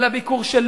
על הביקור של